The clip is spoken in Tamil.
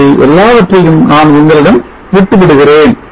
அதை எல்லாவற்றையும் நான் உங்களிடம் விட்டுவிடுகிறேன்